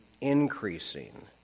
increasing